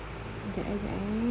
jap eh jap eh